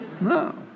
No